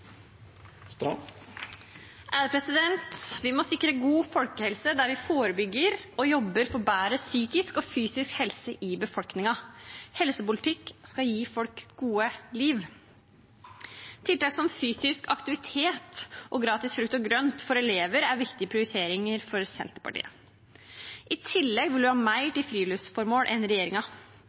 Vi må sikre god folkehelse der vi forebygger og jobber for bedre psykisk og fysisk helse i befolkningen. Helsepolitikken skal gi folk et godt liv. Tiltak som fysisk aktivitet og gratis frukt og grønt for elever er viktige prioriteringer for Senterpartiet. I tillegg vil vi ha mer til friluftsformål enn